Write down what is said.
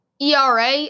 ERA